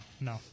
no